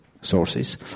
sources